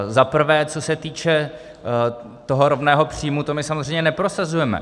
Za prvé, co se týče toho rovného příjmu, to my samozřejmě neprosazujeme.